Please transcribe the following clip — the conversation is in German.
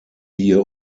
hier